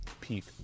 peak